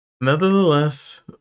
nevertheless